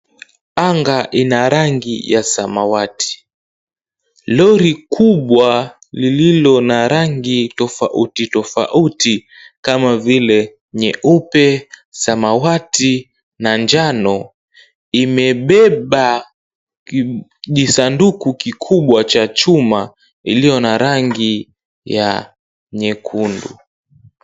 Anga ina rangi ya samawati. Lori kubwa lililo na rangi tofauti tofauti kama vile nyeupe, samawati, na njano, imebeba kijisanduku kikubwa cha chuma iliyo na rangi ya nyekundu.